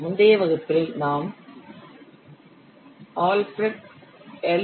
முந்தைய வகுப்பில் நாம் ஆல்பிரெக்ட் எல்